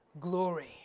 glory